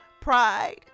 pride